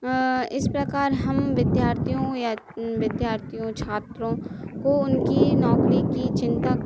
इस प्रकार हम विद्यार्थियों या विद्यार्थियों छात्रों को उनकी नौकरी की चिंता